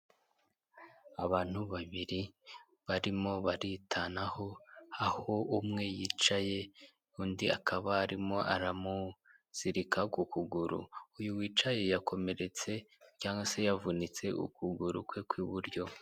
Abantu babiri barimo baritanaho aho umwe yicaye undi akaba arimo aramuzirika ku kuguru uyu wicaye yakomeretse cyangwa se yavunitse ukuguru kwe kw'iburyo.